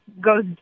goes